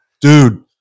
dude